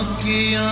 d